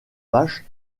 vaches